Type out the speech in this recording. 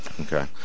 Okay